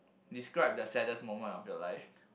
describe the saddest moment of your life